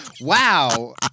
wow